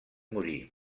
morir